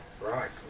right